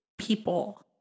People